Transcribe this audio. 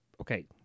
Okay